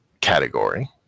category